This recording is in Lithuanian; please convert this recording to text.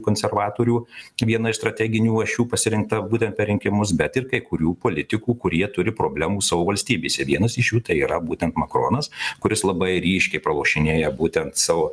konservatorių viena iš strateginių ašių pasirinkta būtent per rinkimus bet ir kai kurių politikų kurie turi problemų savo valstybėse vienas iš jų tai yra būtent makronas kuris labai ryškiai pralošinėja būtent savo